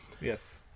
Yes